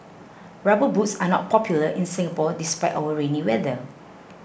rubber boots are not popular in Singapore despite our rainy weather